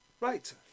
Right